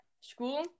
school